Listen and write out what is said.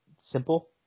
simple